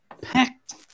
packed